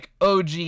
OG